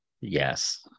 Yes